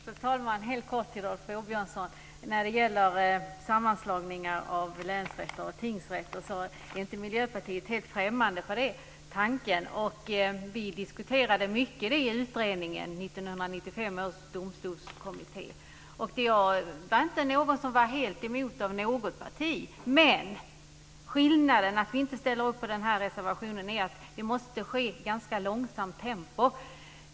Fru talman! Jag ska kortfattat säga något till Rolf Åbjörnsson när det gäller sammanslagningar av länsrätter och tingsrätter. Miljöpartiet är inte helt främmande för den tanken. Vi diskuterade detta mycket i utredningen, 1995 års domstolskommitté. Det var inte någon i något parti som var helt emot det. Men skillnaden nu, att vi inte ställer upp på den här reservationen, är att det måste ske i ganska långsamt tempo.